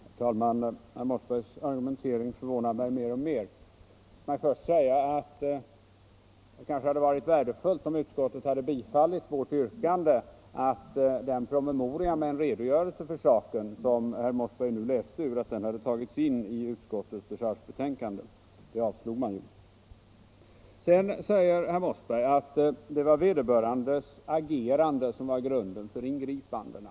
Herr talman! Herr Mossbergs argumentering förvånar mig mer och mer. Låt mig först säga att det kanske hade varit värdefullt om utskottet hade bifallit vårt yrkande att den promemoria med en redogörelse för saken som herr Mossberg nu läste ur hade tagits in i utskottets dechargebetänkande. Det yrkandet avslogs ju. Sedan sade herr Mossberg att vederbörandes agerande var grunden för ingripandena.